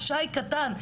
שי קטן,